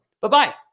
Bye-bye